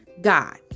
God